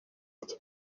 ati